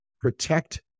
Protect